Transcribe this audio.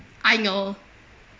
I know